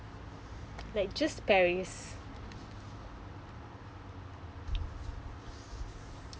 like just paris